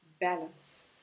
balance